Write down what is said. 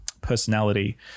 personality